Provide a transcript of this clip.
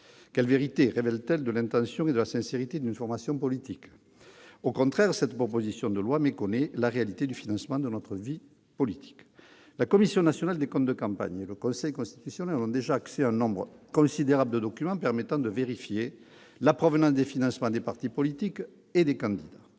Quelle vérité révèle-t-elle de l'intention et de la sincérité d'une formation politique ? Au contraire, cette proposition de loi méconnaît la réalité du financement de notre vie politique. La Commission nationale des comptes de campagne et des financements politiques ainsi que le Conseil constitutionnel ont déjà accès à un nombre considérable de documents permettant de vérifier la provenance des financements des partis politiques et des candidats.